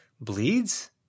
Bleeds